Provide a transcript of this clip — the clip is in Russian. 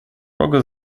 рога